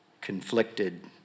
conflicted